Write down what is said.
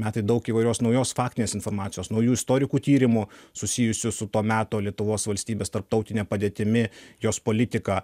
metai daug įvairios naujos faktinės informacijos naujų istorikų tyrimų susijusių su to meto lietuvos valstybės tarptautine padėtimi jos politika